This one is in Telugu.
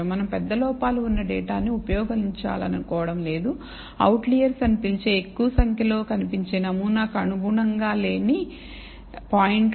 మనం పెద్ద లోపాలు ఉన్న డేటాను ఉపయోగించాలనుకోవడం లేదు అవుట్లెర్స్ అని పిలిచే ఎక్కువ సంఖ్యలో కనిపించే నమూనాకు అనుగుణంగా లేని పాయింట్లు